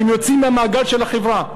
הם יוצאים מהמעגל של החברה.